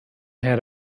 had